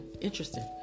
Interesting